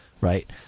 right